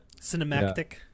Cinematic